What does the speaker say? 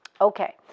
Okay